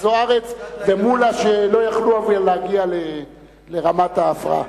זוארץ ומולה שלא יכלו להגיע לרמת ההפרעה.